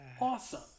awesome